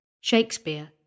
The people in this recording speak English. Shakespeare